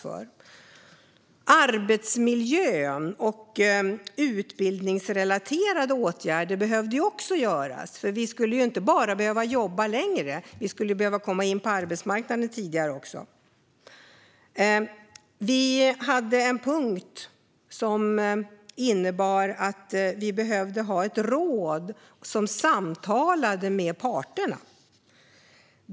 Den sjätte punkten var att arbetsmiljö och utbildningsrelaterade åtgärder behöver vidtas. Vi behöver nämligen inte bara kunna jobba längre, utan vi behöver också komma in på arbetsmarknaden tidigare. En punkt innebar att vi behöver ha ett råd för att samtala med parterna.